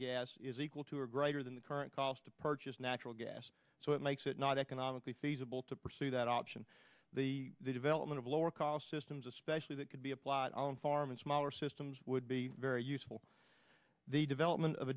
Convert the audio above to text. gas is equal to or greater than the current cost to purchase natural gas so it makes it not economically feasible to pursue that option the development of lower cost systems especially that could be applied on farm and smaller systems would be very useful the development of